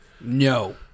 No